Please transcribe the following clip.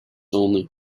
only